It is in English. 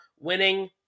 winning